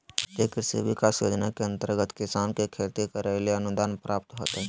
राष्ट्रीय कृषि विकास योजना के अंतर्गत किसान के खेती करैले अनुदान प्राप्त होतय